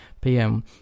PM